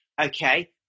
Okay